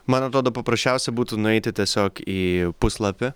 man atrodo paprasčiausia būtų nueiti tiesiog į puslapį